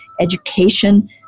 education